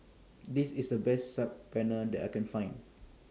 This IS The Best Saag Paneer that I Can Find